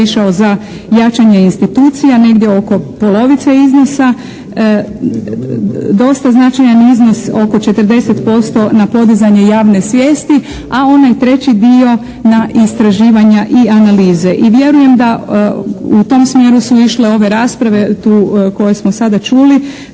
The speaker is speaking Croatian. za jačanje institucija, negdje oko polovice iznosa. Dosta značajan iznos, oko 40% na podizanje javne svijesti, a onaj treći dio na istraživanja i analize. I vjerujem da u tom smjeru su išle ove rasprave tu koje smo sada čuli.